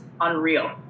unreal